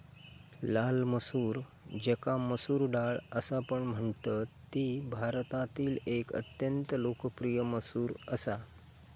लाल मसूर ज्याका मसूर डाळ असापण म्हणतत ती भारतातील एक अत्यंत लोकप्रिय मसूर असा